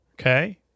okay